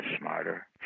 smarter